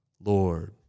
Lord